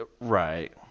Right